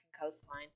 coastline